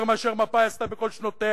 הוא גדול יותר משעשתה מפא"י בכל שנותיה.